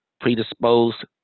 predisposed